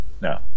No